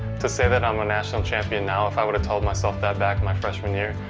to say that i'm a national champion now, if i would have told myself that back my freshman year,